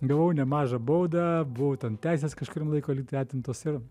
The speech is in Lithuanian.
gavau nemažą baudą buvau ten teisės kažkuriam laikui lygtai atimtos ir